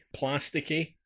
plasticky